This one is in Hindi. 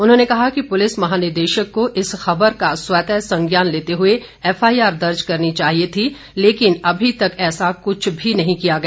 उन्होंने कहा कि पूलिस महानिदेशक को इस खबर का स्वतः संज्ञान लेते हुए एफआईआर दर्ज करनी चाहिए थी लेकिन अभी तक ऐसा कुछ भी नहीं किया गया